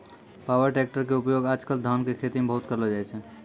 power tractor के उपयोग आज कल धान के खेती मॅ बहुत करलो जाय छै